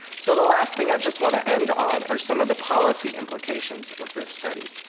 so the last thing i just want to end on are some of the policy implications of this study.